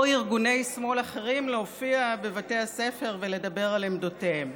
או ארגוני שמאל אחרים להופיע בבתי הספר ולדבר על עמדותיהם.